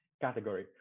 category